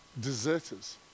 deserters